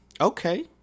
Okay